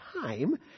time